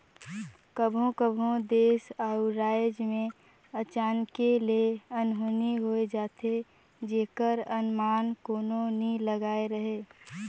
कभों कभों देस अउ राएज में अचानके ले अनहोनी होए जाथे जेकर अनमान कोनो नी लगाए रहें